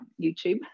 YouTube